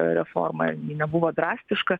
reforma ji nebuvo drastiška